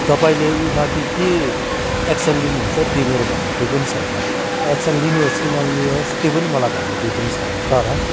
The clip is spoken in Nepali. तपाईँले उमाथि के एक्सन लिनुहुन्छ त्यो मेरो भन्नु केही पनि छैन एक्सन लिनु होस् कि नलिनुहोस् त्यो पनि मलाई भन्नु के पनि छैन तर